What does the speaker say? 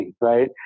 right